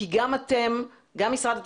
כי גם משרד התקשורת,